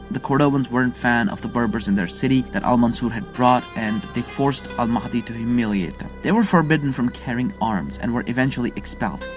the cordovans weren't fans of the berbers in their city that al-mansur had brought and they forced al-mahdi to humiliate them. they were forbidden from carrying arms and were eventually expelled.